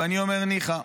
ואני אומר ניחא.